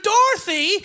Dorothy